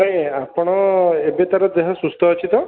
ନାହିଁ ଆପଣ ଏବେ ତା ର ଦେହ ସୁସ୍ଥ ଅଛି ତ